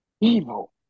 evil